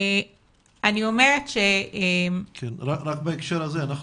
רק בהקשר הזה,